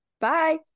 Bye